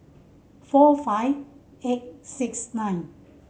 four five eight six nine